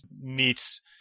meets